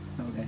Okay